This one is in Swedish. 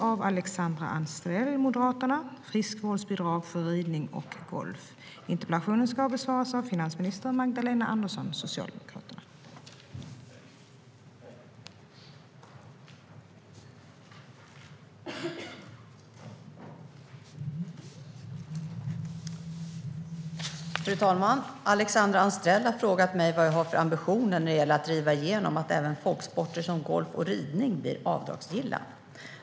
Alexandra Anstrell har frågat mig vad jag har för ambitioner när det gäller att driva igenom att även folksporter som golf och ridning blir avdragsgilla.